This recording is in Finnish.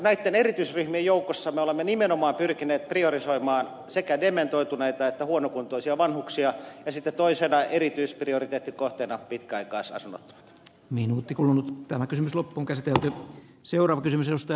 näitten erityisryhmien joukossa me olemme nimenomaan pyrkineet priorisoimaan sekä dementoituneita että huonokuntoisia vanhuksia esitetoisena erityisprioriteettikohteena pitkäaikaisasunnot minuutti kulunut ja sitten toisena erityisprioriteettikohteena ovat pitkäaikaisasunnottomat